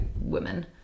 women